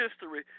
history